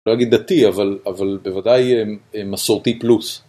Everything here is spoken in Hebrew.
לא אגיד דתי אבל בוודאי מסורתי פלוס